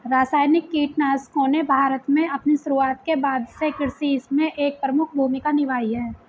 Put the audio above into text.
रासायनिक कीटनाशकों ने भारत में अपनी शुरुआत के बाद से कृषि में एक प्रमुख भूमिका निभाई है